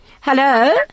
Hello